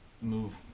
move